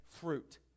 fruit